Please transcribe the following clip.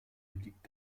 liegt